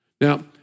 Now